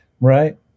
Right